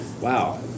Wow